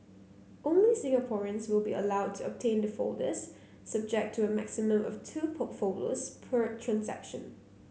only Singaporeans will be allowed to obtain the folders subject to a maximum of two folders per transaction